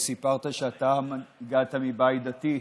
וסיפרת שהגעת מבית דתי,